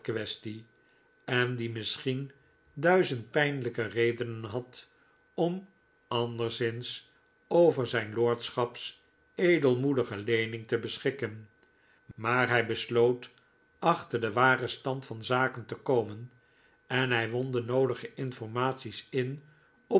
geld-quaestie en die misschien duizend pijnlijke redenen had om anderszins over zijn lordschaps edelmoedige leening te beschikken maar hij besloot achter den waren stand van zaken te komen en hij won de noodige informaties in